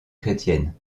chrétienne